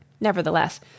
Nevertheless